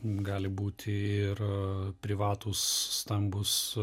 gali būti ir privatūs stambūs